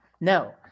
No